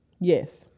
Yes